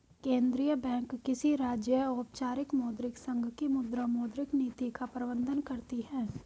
केंद्रीय बैंक किसी राज्य, औपचारिक मौद्रिक संघ की मुद्रा, मौद्रिक नीति का प्रबन्धन करती है